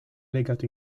legato